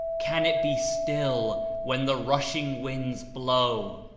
can it be still when the rushing winds blow?